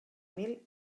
mil